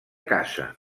casa